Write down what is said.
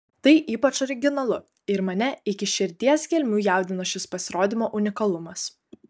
tai ypač originalu ir mane iki širdies gelmių jaudino šis pasirodymo unikalumas